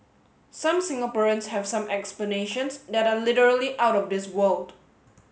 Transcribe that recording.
some Singaporeans have some explanations that are literally out of this world